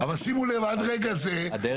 אבל היא מאושרת ברמה הפרטנית?